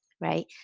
right